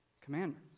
commandments